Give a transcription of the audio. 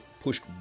pushed